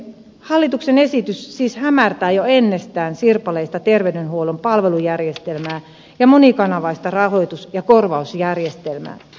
hallituksen esitys siis hämärtää jo ennestään sirpaleista terveydenhuollon palvelujärjestelmää ja monikanavaista rahoitus ja korvausjärjestelmää